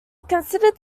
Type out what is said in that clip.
considered